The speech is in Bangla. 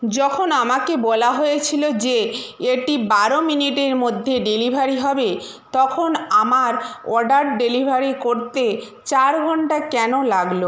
যখন আমাকে বলা হয়েছিলো যে এটি বারো মিনিটের মধ্যে ডেলিভারি হবে তখন আমার অর্ডার ডেলিভারি করতে চার ঘন্টা কেন লাগলো